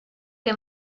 que